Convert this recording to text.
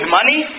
money